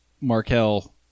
Markel